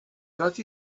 got